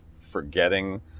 forgetting